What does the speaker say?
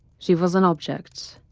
she was an object.